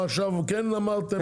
מה משנה מה כן אמרתם או לא אמרתם.